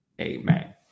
amen